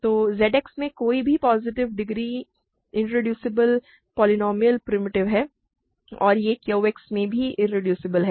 तो Z X में कोई भी positive degree irreducible polynomial primitive है और यह Q X में भी इरेड्यूसेबल है